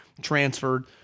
transferred